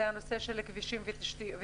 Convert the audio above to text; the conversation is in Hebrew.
זה הנושא של כבישים ותשתיות.